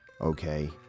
okay